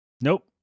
Nope